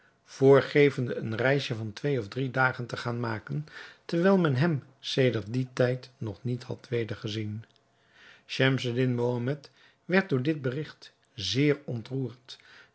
voorgevende een reisje van twee of drie dagen te gaan maken terwijl men hem sedert dien tijd nog niet had weder gezien schemseddin mohammed werd door dit berigt zeer ontroerd